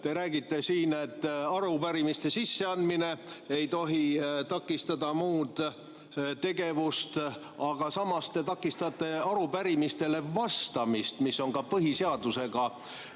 Te räägite siin, et arupärimiste sisseandmine ei tohi takistada muud tegevust, aga samas te takistate arupärimistele vastamist, mis on ka põhiseadusega